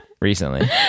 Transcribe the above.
Recently